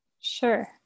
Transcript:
Sure